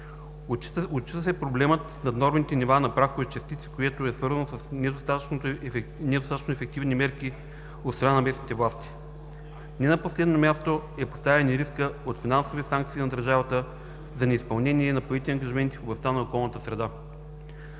Отчита се проблемът с наднормените нива на прахови частици, което е свързано и с недостатъчно ефективни мерки от страна на местните власти. Не на последно място, е поставен и рискът от финансови санкции на държавата за неизпълнение на поети ангажименти в областта на околната среда.